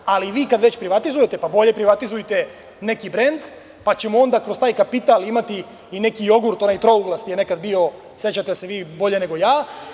Ali, vi kada već privatizujete, pa bolje privatizujte neki brend, pa ćemo onda kroz taj kapital imati i neki jogurt, onaj trouglasti, koji je nekada bio, sećate se vi bolje nego ja.